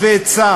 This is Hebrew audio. מה זה "כניסתם",